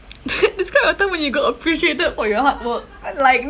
describe a time when you got appreciated for your hard work I'm like